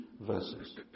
verses